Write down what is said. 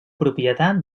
propietat